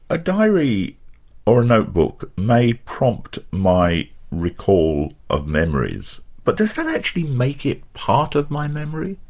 a diary or a notebook may prompt my recall of memories. but does that actually make it part of my memory?